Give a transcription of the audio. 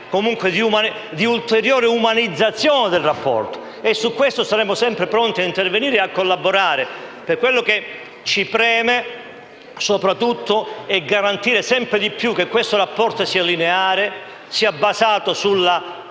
volte ad un'ulteriore umanizzazione del rapporto. Su questo tema saremo sempre pronti a intervenire e collaborare. Quello che ci preme è soprattutto garantire sempre di più che questo rapporto sia lineare e basato sulla